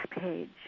page